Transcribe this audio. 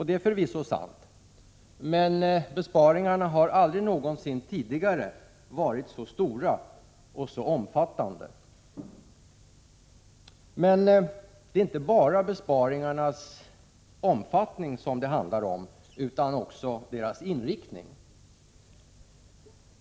Det är förvisso sant, men besparingarna har aldrig någonsin tidigare varit så stora och så omfattande. Det är inte bara besparingarnas omfattning det handlar om, utan också deras inriktning.